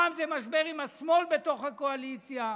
פעם זה משבר עם השמאל בתוך הקואליציה.